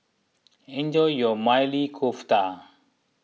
enjoy your Maili Kofta